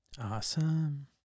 Awesome